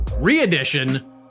re-edition